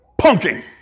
punking